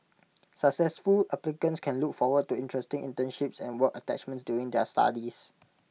successful applicants can look forward to interesting internships and work attachments during their studies